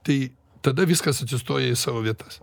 tai tada viskas atsistoja į savo vietas